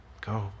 go